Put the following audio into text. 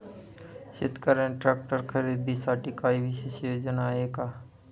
शेतकऱ्यांना ट्रॅक्टर खरीदीसाठी काही विशेष योजना आहे का?